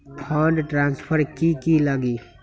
Fund transfer कि की लगी?